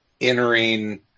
entering